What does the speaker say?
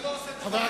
אתה לא עושה טובה.